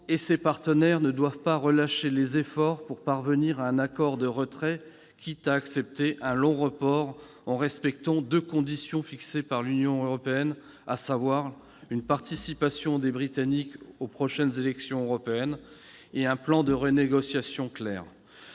et ses partenaires ne doivent pas relâcher leurs efforts pour parvenir à un accord de retrait, quitte à accepter un long report en respectant les deux conditions fixées par l'Union européenne, à savoir une participation des Britanniques aux prochaines élections européennes et un plan de renégociation clair.